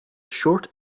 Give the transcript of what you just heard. short